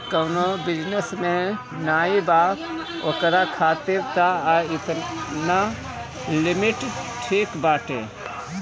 जे कवनो बिजनेस में नाइ बा ओकरा खातिर तअ एतना लिमिट ठीक बाटे